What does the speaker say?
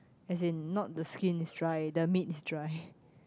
as in not the skin is dry the meat is dry